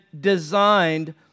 designed